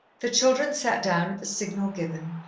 the children sat down at the signal given,